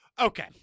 okay